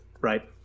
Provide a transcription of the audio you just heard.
right